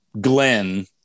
Glenn